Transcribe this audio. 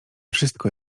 wszystko